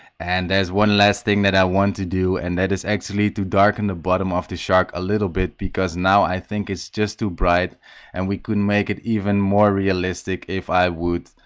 and there's one last thing that i want to do and that is actually to darken the bottom of the shark a little bit because now i think it's just too bright and we could and make it even more realistic if i would